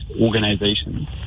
organizations